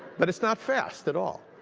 but it's not fast at all.